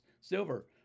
Silver